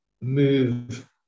move